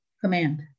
command